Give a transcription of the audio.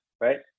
Right